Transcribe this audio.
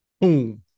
boom